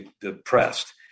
depressed